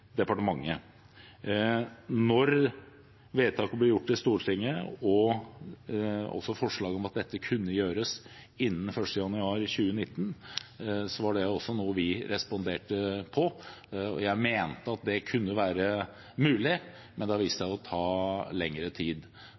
departementet. Da vedtaket ble gjort i Stortinget, forslag om at dette kunne gjøres innen 1. januar 2019, var det også noe vi responderte på. Jeg mente at det kunne være mulig, men det har vist seg å ta lengre tid.